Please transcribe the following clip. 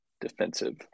defensive